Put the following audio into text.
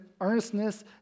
earnestness